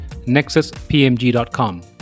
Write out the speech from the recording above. nexuspmg.com